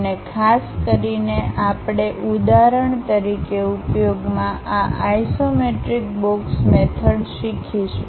અને ખાસ કરીને આપણે ઉદાહરણ તરીકે ઉપયોગમાં આ આઇસોમેટ્રિક બોક્સ મેથડ શીખીશું